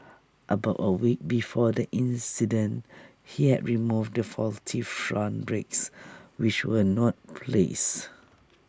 about A week before the accident he had removed the faulty front brakes which were not replaced